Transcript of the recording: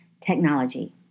technology